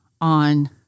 on